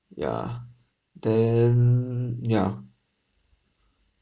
yeah then yeah